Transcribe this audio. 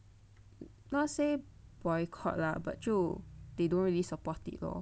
not say boycott lah but 就 they don't really support it lor